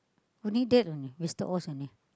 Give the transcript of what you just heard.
only that only Mister-Oz only